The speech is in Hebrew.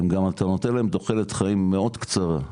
הם גם אתה נותן להם תוחלת חיים מאוד קצרה,